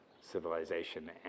Civilization